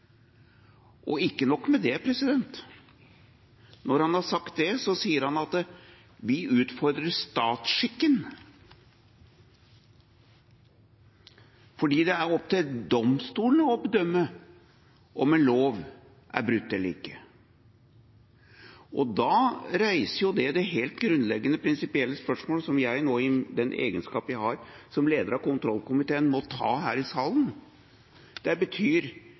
Og ikke nok med det: Når han har sagt det, sier han at vi utfordrer statsskikken, fordi det er opp til domstolene å bedømme om en lov er brutt eller ikke. Det reiser det helt grunnleggende prinsipielle spørsmålet som jeg nå i egenskap av leder av kontrollkomiteen må ta her i salen: